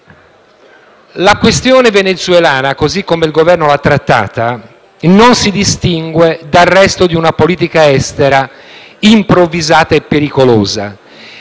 La questione venezuelana, così come il Governo l'ha trattata, non si distingue dal resto di una politica estera improvvisata e pericolosa.